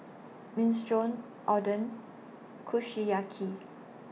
Minestrone Oden Kushiyaki